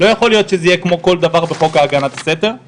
לא יכול להיות שזה יהיה כמו כל דבר בחוק להאזנת סתר.